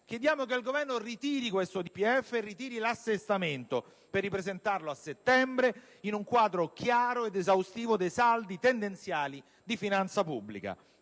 Chiediamo al Governo di ritirare questo DPEF e il disegno di legge di assestamento per ripresentarlo a settembre in un quadro chiaro ed esaustivo dei saldi tendenziali di finanza pubblica.